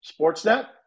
Sportsnet